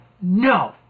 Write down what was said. No